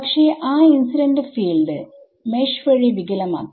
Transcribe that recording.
പക്ഷെ ആ incident fields mesh വഴി വികലമാക്കി